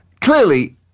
clearly